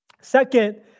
Second